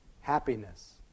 Happiness